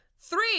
Three